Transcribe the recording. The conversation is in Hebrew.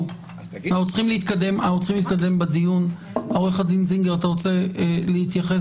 שצריך כמובן לדאוג לטובתן של העגונות וצריך להתייחס